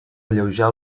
alleujar